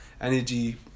Energy